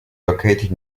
located